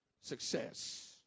Success